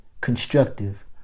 constructive